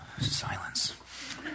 Silence